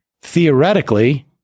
theoretically